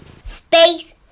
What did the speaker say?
Space